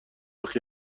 وقت